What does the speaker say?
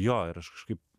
jo ir aš kažkaip